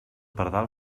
pardal